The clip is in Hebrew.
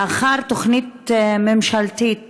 לאחר תוכנית ממשלתית